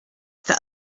that